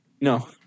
No